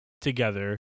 together